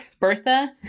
Bertha